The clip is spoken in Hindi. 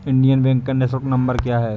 इंडियन बैंक का निःशुल्क नंबर क्या है?